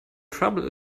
trouble